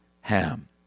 Ham